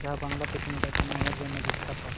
ᱡᱟᱦᱟ ᱵᱟᱝᱞᱟ ᱛᱮᱠᱚ ᱢᱮᱛᱟᱜ ᱠᱟᱱ ᱟᱢᱮᱨ ᱡᱚᱱᱱᱚ ᱵᱤᱠᱷᱟᱛᱚ